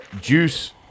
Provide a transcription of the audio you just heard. Juice